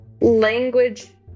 language